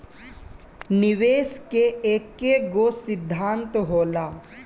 निवेश के एकेगो सिद्धान्त होला